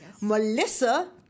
Melissa